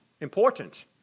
important